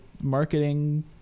marketing